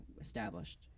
established